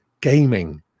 gaming